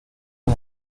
von